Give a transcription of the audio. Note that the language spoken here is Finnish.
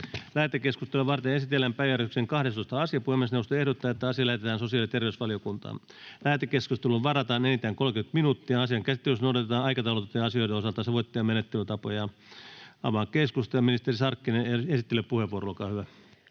Lähetekeskustelua varten esitellään päiväjärjestyksen 13. asia. Puhemiesneuvosto ehdottaa, että asia lähetetään sosiaali- ja terveysvaliokuntaan. Lähetekeskustelua varten varataan enintään 30 minuuttia. Asian käsittelyssä noudatetaan aikataulutettujen asioiden osalta sovittuja menettelytapoja. — Ministeri Sarkkinen, esittelypuheenvuoro, olkaa hyvä.